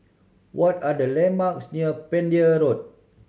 what are the landmarks near Pender Road